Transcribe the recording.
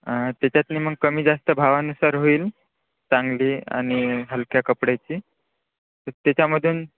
त्याच्यातून मग कमी जास्त भावानुसार होईल चांगली आणि हलक्या कपड्याची तर त्याच्यामधून